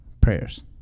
prayers